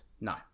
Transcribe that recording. No